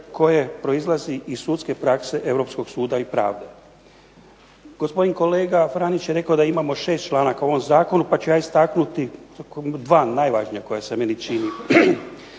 koje proizlazi iz sudske prakse Europskog suda i pravde. Kolega Franjić je rekao da imamo 6 članaka u ovom zakonu, pa ću ja istaknuti dva najvažnija koja se meni čini.